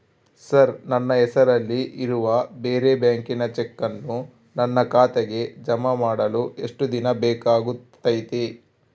Sir ನನ್ನ ಹೆಸರಲ್ಲಿ ಇರುವ ಬೇರೆ ಬ್ಯಾಂಕಿನ ಚೆಕ್ಕನ್ನು ನನ್ನ ಖಾತೆಗೆ ಜಮಾ ಮಾಡಲು ಎಷ್ಟು ದಿನ ಬೇಕಾಗುತೈತಿ?